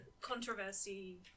controversy